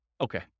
Okay